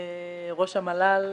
ראש המל"ל,